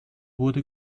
wurde